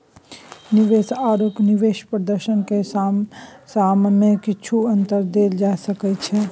निवेश आओर निवेश प्रदर्शनक सीमामे किछु अन्तर देखल जा सकैत छै